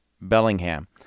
Bellingham